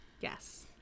Yes